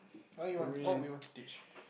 why you what would you want to teach